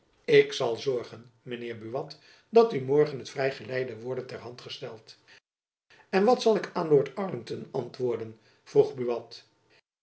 ik zal zorgen mijn heer buat dat u morgen het vrij geleide worde ter hand gesteld en wat zal ik aan lord arlington antwoorden vroeg